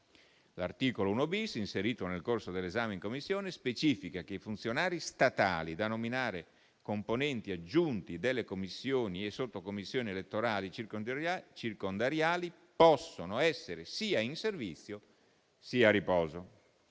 L'articolo 1-*bis,* inserito nel corso dell'esame in Commissione, specifica che i funzionari statali, da nominare componenti aggiunti delle commissioni e sottocommissioni elettorali circondariali, possono essere sia in servizio sia a riposo.